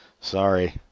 Sorry